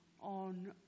on